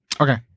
Okay